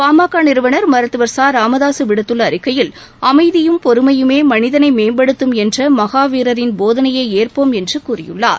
பாமக நிறுவனர் மருத்துவர் ச ராமதாசு விடுத்துள்ள அறிக்கையில் அமைதியும் பொறுமையுமே மளிதனை மேம்படுத்தும் என்ற மகாவீரரின் போதனையை ஏற்போம் என்று கூறியுள்ளார்